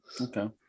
Okay